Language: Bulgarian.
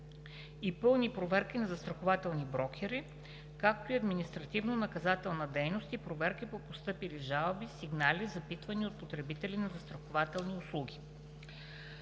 и пълни проверки на застрахователни брокери, както и административно наказателна дейност и проверки по постъпили жалби, сигнали, запитвания от потребители на застрахователни услуги.